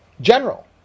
General